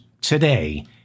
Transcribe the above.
today